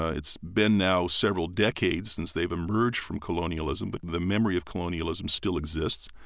yeah it's been now several decades since they've emerged from colonialism, but the memory of colonialism still exists.